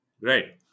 Right